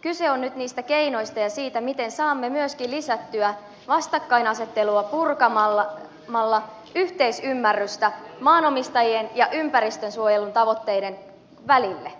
kyse on nyt niistä keinoista ja siitä miten saamme myöskin lisättyä vastakkainasettelua purkamalla yhteisymmärrystä maanomistajien ja ympäristönsuojelun tavoitteiden välille